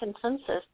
consensus